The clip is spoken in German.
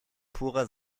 purer